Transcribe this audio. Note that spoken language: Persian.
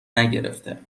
نگرفته